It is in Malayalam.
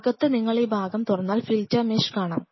അകത്ത് നിങ്ങൾ ഈ ഭാഗം തുറന്നാൽ ഫിൽട്ടർ മെഷ് കാണാം